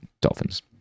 dolphins